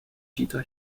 dieter